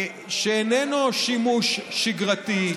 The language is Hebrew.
שאיננו שימוש שגרתי,